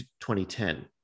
2010